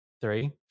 three